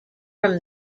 from